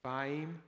fame